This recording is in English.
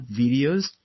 videos